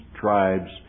tribes